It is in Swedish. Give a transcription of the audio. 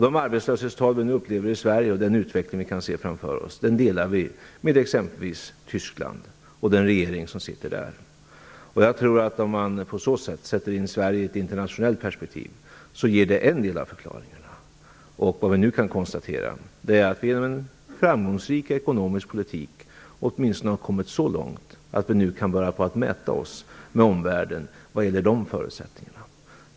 De arbetslöshetstal vi nu upplever i Sverige och den utveckling vi kan se framför oss delar vi med t.ex. Tyskland och den regering som sitter där. Om man på det sättet sätter in Sverige i ett internationellt perspektiv tror jag att det ger en del av förklaringen. Nu kan vi konstatera att vi genom en framgångsrik ekonomisk politik åtminstone har kommit så långt att vi kan börja mäta oss med omvärlden vad gäller dessa förutsättningar.